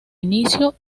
inicio